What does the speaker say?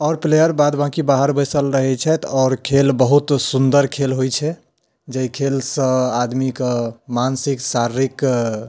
आओर प्लेअर बाद बाँकि बाहर बैसल रहैत छथि आओर खेल बहुत सुन्दर खेल होइत छै जहि खेलसँ आदमी कऽ मानसिक शारीरिक